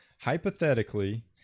hypothetically